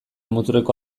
muturreko